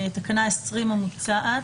תקנה 20 המוצעת.